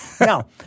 Now